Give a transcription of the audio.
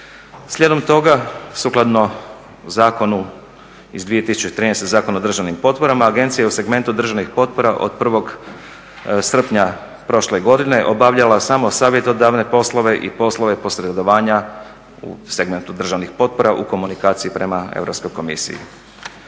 Slijedom toga sukladno zakonu iz 2013. Zakonu o državnim potporama agencija je u segmentu državnih potpora od 1.srpnja prošle godine obavljala samo savjetodavne poslove i poslove posredovanja u segmentu državnih potpora u komunikaciji prema Europskoj komisiji.